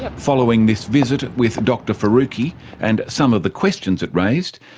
following this visit with dr faruqi and some of the questions it raised,